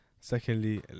Secondly